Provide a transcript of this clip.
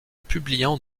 publiant